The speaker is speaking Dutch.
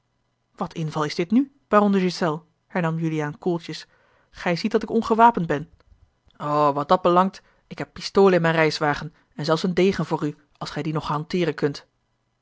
wat inval is dit nu baron de ghiselles hernam juliaan koeltjes gij ziet dat ik ongewapend ben o wat dat belangt ik heb pistolen in mijn reiswagen en zelfs een degen voor u als gij dien nog hanteeren kunt